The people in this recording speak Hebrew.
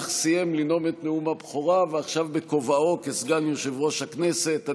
אך סיים לנאום את נאום הבכורה ועכשיו הוא בכובעו כסגן יושב-ראש הכנסת.